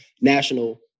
national